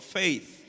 faith